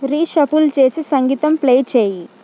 reshuffle చేసి సంగీతం play చేయి